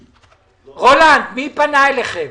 רולנד, מי פנה אליכם?